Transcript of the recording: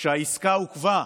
שהעסקה עוכבה,